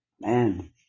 Man